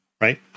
Right